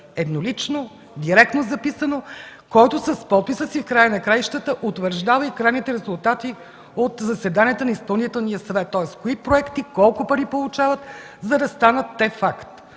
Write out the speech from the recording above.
еднолично, директно записано, който с подписа си в края на краищата утвърждава и крайните резултати от заседанията на Изпълнителния съвет, тоест кои проекти колко пари получават, за да станат те факт?